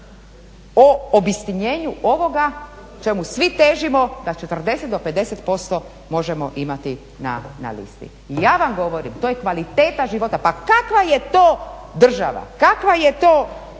o obistinjenju ovoga čemu svi težimo da 40 do 50% možemo imati …/Govornica se ne razumije./… I ja vam govorim to je kvaliteta života. Pa kakva je to država, kakvo je to